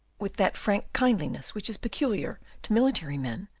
with that frank kindliness which is peculiar to military men,